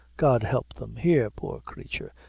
god help them. here, poor creature,